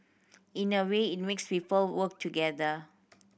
in a way it makes people work together